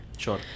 Sure